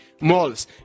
malls